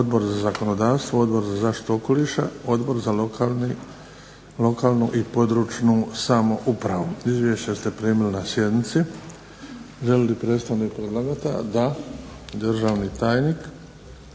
Odbor za zakonodavstvo, Odbor za zaštitu okoliša, Odbor za lokalnu i područnu samoupravu. Izvješća ste primili na sjednici. Želi li predstavnik predlagatelja? Da. Državni tajnik